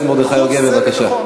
חבר הכנסת מרדכי יוגב, בבקשה.